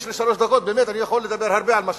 יש לי שלוש דקות, אני יכול לדבר הרבה על מה שאמרת.